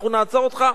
אנחנו נעצור אותך?